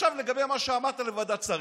עכשיו לגבי מה שאמרת על ועדת שרים.